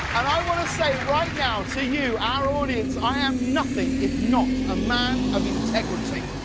and i want to say right now, to you, our audience, i am nothing if not a man of integrity.